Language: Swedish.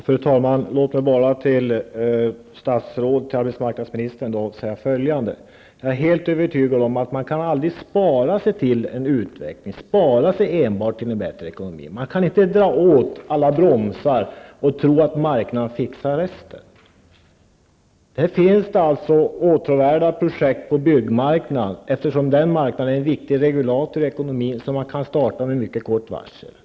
Fru talman! Låt mig säga följande till arbetsmarknadsministern. Jag är helt övertygad om att man inte enbart kan spara sig till en utveckling och till en bättre ekonomi. Man kan inte dra åt alla bromsar och tro att marknaden fixar resten. Byggmarknaden är en viktig regulator i ekonomin. Det finns åtråvärda projekt på den marknaden som man kan starta med mycket kort varsel.